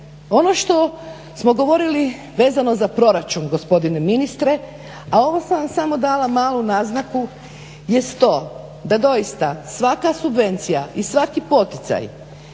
Ono što smo govorili vezano za proračun gospodine ministre, a ovo sam vam dala samo malu naznaku jest to da doista svaka subvencija i svaki poticaj